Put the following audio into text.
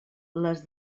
les